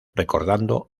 recordando